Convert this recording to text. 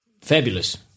fabulous